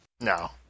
No